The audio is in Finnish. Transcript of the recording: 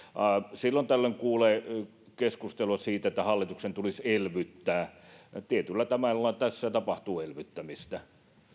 silloin tällöin kuulee keskustelua siitä että hallituksen tulisi elvyttää tietyllä tavalla tässä tapahtuu elvyttämistä